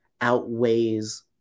outweighs